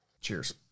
Cheers